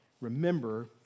remember